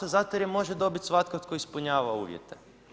Zato jer je može dobit svatko tko ispunjava uvjete.